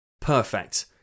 Perfect